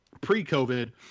pre-COVID